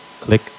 Click